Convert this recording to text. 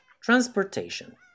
Transportation